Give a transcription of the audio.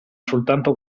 soltanto